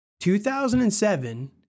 2007